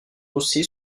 aussi